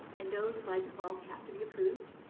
and those, by default, have to be approved.